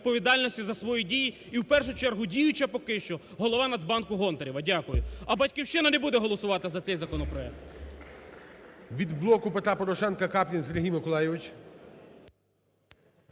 відповідальності за свої дії і в першу чергу діюча поки що голова Нацбанку Гонтарева. Дякую. А "Батьківщина" не буде голосувати за цей законопроект. ГОЛОВУЮЧИЙ. Від "Блоку Петра Порошенка" , Каплін Сергій Миколайович.